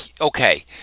okay